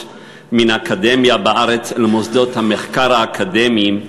מהאקדמיה בארץ אל מוסדות המחקר האקדמיים בחוץ-לארץ,